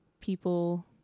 people